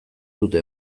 dute